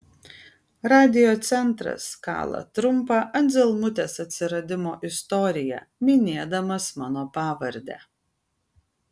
radiocentras kala trumpą anzelmutės atsiradimo istoriją minėdamas mano pavardę